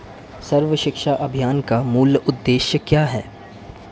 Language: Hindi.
सर्व शिक्षा अभियान का मूल उद्देश्य क्या है?